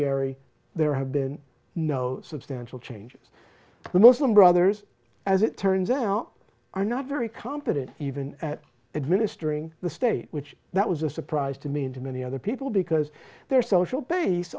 ry there have been no substantial changes the muslim brothers as it turns out are not very competent even at administering the state which that was a surprise to me and many other people because their social base